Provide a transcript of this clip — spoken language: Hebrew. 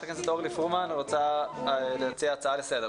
הכנסת אורלי פרומן רוצה להציע הצעה לסדר.